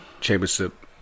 championship